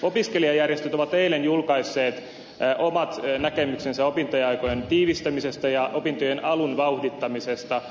opiskelijajärjestöt ovat eilen julkaisseet omat näkemyksensä opintoaikojen tiivistämisestä ja opintojen alun vauhdittamisesta